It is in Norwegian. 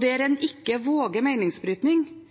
Der en ikke våger meningsbrytning,